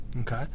okay